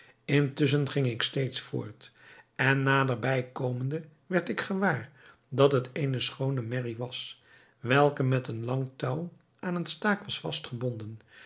intusschen ging ik steeds voort en naderbij komende werd ik gewaar dat het eene schoone merrie was welke met een lang touw aan een staak was